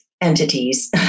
entities